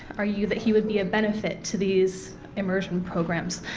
argue that he would be a benefit to these immersion programs.